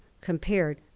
compared